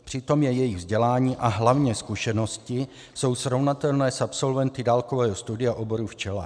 Přitom jejich vzdělání a hlavně zkušenosti jsou srovnatelné s absolventy dálkového studia oboru včelař.